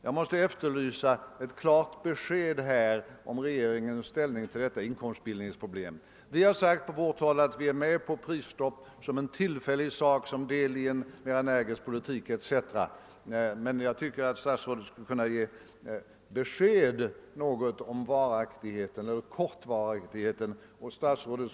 Jag måste efterlysa ett besked om regeringens inställning till detta inkomstbildningsproblem. Vi har från vårt håll sagt att vi är med på ett prisstopp som en tillfällig åtgärd såsom ett led i en mer energisk politisk, osv. Men jag tycker att statsrådet skulle kunna ge besked om varaktigheten eller »kortvaraktigheten« av prisstoppet.